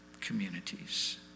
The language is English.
communities